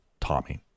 Tommy